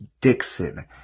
Dixon